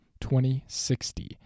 2060